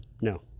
No